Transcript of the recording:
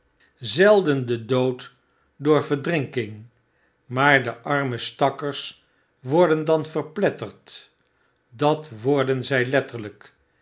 zelden den dood door verdrinking maar de arme stakkers worden dan verpletterd dat worden zy letterljk